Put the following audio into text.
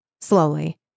slowly